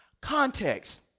context